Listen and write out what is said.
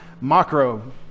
Macro